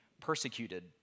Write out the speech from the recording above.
persecuted